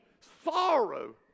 sorrow